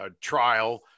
trial